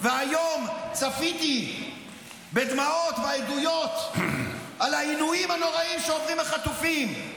והיום צפיתי בדמעות בעדויות על העינויים הנוראיים שעוברים החטופים,